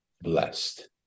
blessed